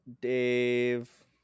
dave